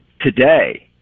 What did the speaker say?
today